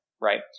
right